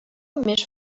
més